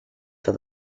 for